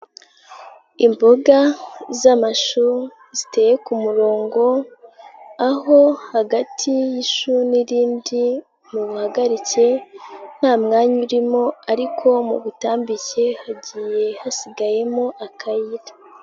Imboga z'amashu ziteye ku murongo aho hagati y'ishu n'irindi mu buhagarike nta mwanya urimo ariko mu butambike hagiye hasigayemo akayira.